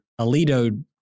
Alito